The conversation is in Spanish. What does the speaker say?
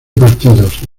partidos